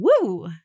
woo